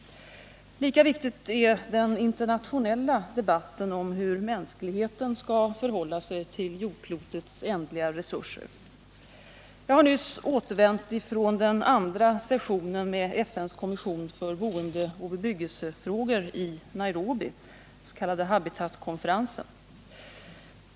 Lika viktig är den internationella debatten om hur mänskligheten skall förhålla sig till jordklotets ändliga resurser. Jag har nyss återvänt ifrån den andra sessionen med FN:s kommission för boendeoch bebyggelsefrågor i Nairobi, den s.k. Habitatkonferensen.